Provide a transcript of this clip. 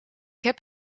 heb